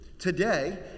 Today